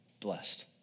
blessed